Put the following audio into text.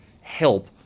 help